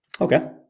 Okay